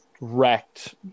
wrecked